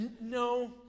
No